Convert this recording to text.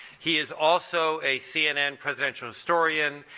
he is also a cnn presidential historian,